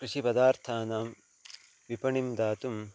कृषिपदार्थानां विपणिं दातुं